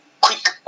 quick